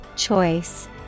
Choice